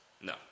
No